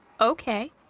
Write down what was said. Okay